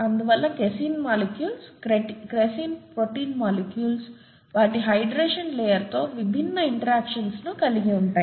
అందువల్ల "casein" molecules casein protein molecules వాటి hydration layer తో విభిన్న ఇంట్రాక్షన్స్ ను కలిగి ఉంటాయి